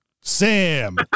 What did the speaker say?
sam